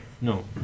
No